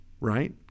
right